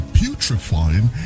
putrefying